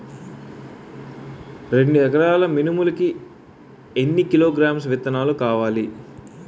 రెండు ఎకరాల మినుములు కి ఎన్ని కిలోగ్రామ్స్ విత్తనాలు కావలి?